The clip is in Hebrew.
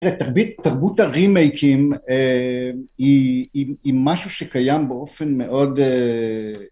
תרבות הרימייקים היא משהו שקיים באופן מאוד...